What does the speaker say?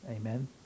amen